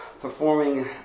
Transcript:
performing